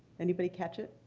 anybody catch it?